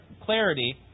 clarity